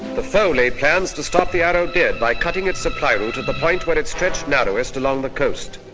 the foe laid plans to stop the arrow dead by cutting it's supply route at the point where it stretched narrowest along the coast.